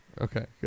Okay